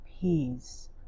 peace